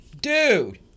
dude